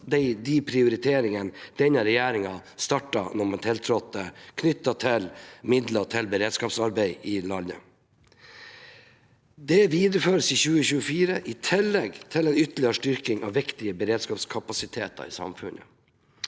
de prioriteringene denne regjeringen startet med da man tiltrådte, knyttet til midler til beredskapsarbeid i landet. Det videreføres i 2024, i tillegg til en ytterligere styrking av viktige beredskapskapasiteter i samfunnet.